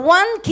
one